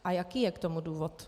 A jaký je k tomu důvod?